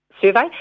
survey